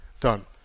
Done